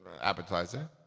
appetizer